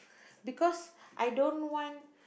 because I don't want